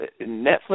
Netflix